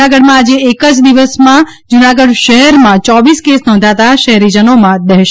જૂનાગઢમાં આજે એક જ દિવસમાં જૂનાગઢ શહેરમાં ચોવીસ કેસ નોંધતા શહેરીજનોમાં દહેશત ફેલાઈ છે